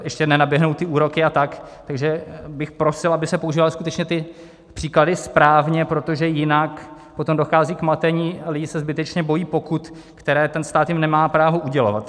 ještě nenaběhnou ty úroky a tak, takže bych prosil, aby se používaly skutečně ty příklady správně, protože jinak potom dochází k matení, lidi se zbytečně bojí pokut, které ten stát jim nemá právo udělovat.